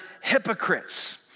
hypocrites